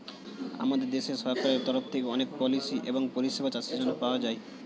আমাদের দেশের সরকারের তরফ থেকে অনেক পলিসি এবং পরিষেবা চাষের জন্যে পাওয়া যায়